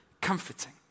comforting